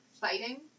fighting